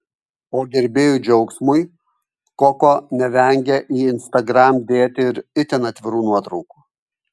o gerbėjų džiaugsmui koko nevengia į instagram dėti ir itin atvirų nuotraukų